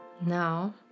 now